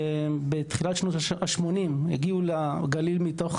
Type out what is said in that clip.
בתחילת שנות ה-80' הגיעו לגליל מתוך